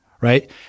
right